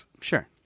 Sure